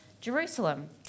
Jerusalem